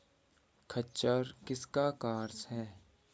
खच्चर किसका क्रास है?